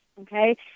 Okay